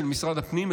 משרד הפנים,